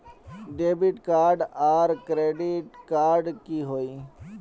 Debit आर credit card की होय?